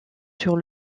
sur